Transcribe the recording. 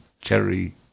Cherry